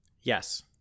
Yes